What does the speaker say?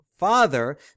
Father